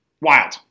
Wild